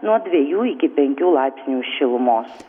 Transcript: nuo dviejų iki penkių laipsnių šilumos